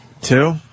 Two